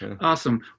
Awesome